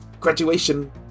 graduation